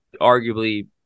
arguably